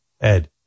Ed